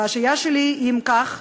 הבעיה שלי, אם כך,